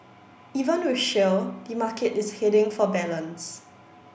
even with shale the market is heading for balance